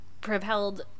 propelled